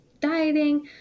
dieting